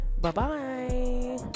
Bye-bye